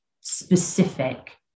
specific